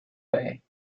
bay